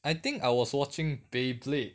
I think I was watching beyblade